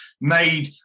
made